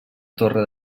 torre